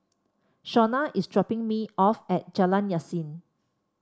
Shonna is dropping me off at Jalan Yasin